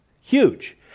huge